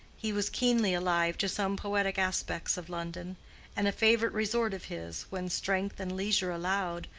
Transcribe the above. he was keenly alive to some poetic aspects of london and a favorite resort of his, when strength and leisure allowed,